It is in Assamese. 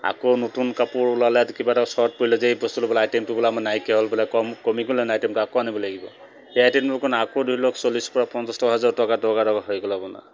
আকৌ নতুন কাপোৰ ওলালে কিবা এটা চৰ্ট পৰিলে যে এই বস্তুটো বোলে আইটেমটো বোলে আমাৰ নাইকিয়া হ'ল বোলে কম কমি গ'ল আইটেমটো আকৌ আনিব লাগিব সেই আইটেমটোৰ কাৰণে আকৌ ধৰি লওক চল্লিছ বা পঞ্চাছ হাজাৰ টকা দৰকাৰ দৰকাৰ হৈ গ'ল আপোনাৰ